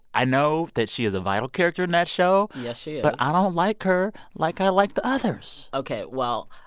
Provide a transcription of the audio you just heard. i know that she is a vital character in that show yes, she is but i don't like her like i like the others ok. well,